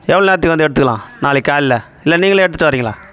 எவ்வளோ நேரத்துக்கு வந்து எடுத்துக்கலாம் நாளைக்கு காலைல இல்லை நீங்களே எடுத்துகிட்டு வரீங்களா